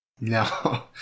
No